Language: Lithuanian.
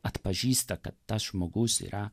atpažįsta kad tas žmogus yra